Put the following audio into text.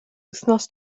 wythnos